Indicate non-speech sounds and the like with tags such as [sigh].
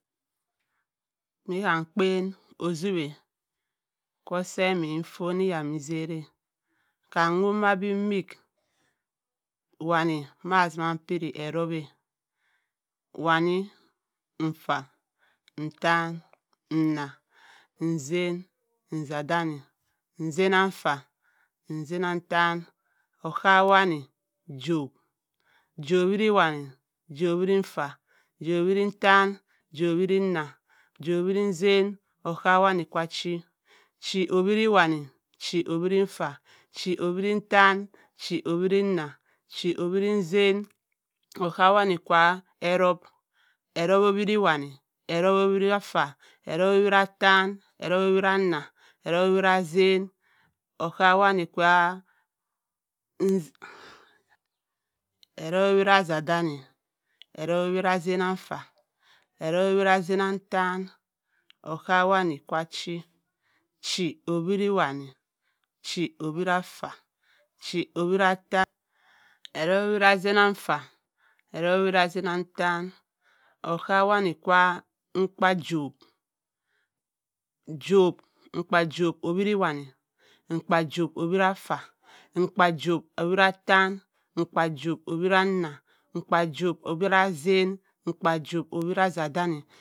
Mbi kam mkpen ojip, mfuna iyamitah kam mwo ma bi iwik wanne mah ebiri erob. Wanne. nfa. ntan. nna. nchen. nchendane. nchenonfa. nchenontane. osowanne. ijobh. ijobh-oweri-wanne. ijobh-oweri-nfa. ijobh-oweri-ntan. ijobh-oweri-nna. ijobh-oweri-nchen. osowana-ichi. ichi-oweri-wanne. ichi-oweri-nfa. ichi-oweri-ntan. ichi-oweri-nna. ichi-oweri-nchen. osowane-di-erobh. erobh-oweri-wanne. erobh-oweri-nfa. erobh-oweri-ntan. erobh-oweri-nna. erobh-oweri-nchen. osowane. [hesitation] erobh-oweri-nchadene. erobh-oweri-nchenon-nfa. erobh-oweri-nchenon-ntan. osowanne-ichi. ichi-oweri-wanne. ichi-oweri-afa. ichi-oweri-atan. erobh-oweri-nchenon-nfa. erobh-oweri-nchenon-ntan. osowane-mkpa-wobh. mkpa-ijobk-oweri-wanne. mkpa-wobh-oweri-nfa. mkpa-ijobh-oweri-atan. mkpa-ijobh-oweri-anna. mkpa-ijobh-oweri-nchen. mkpa-ijobh-oweri-nchendane